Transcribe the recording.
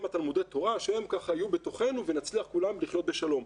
תלמודי התור שהם יהיו בתוכנו ונצליח כולם לחיות בשלום.